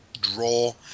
draw